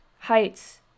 heights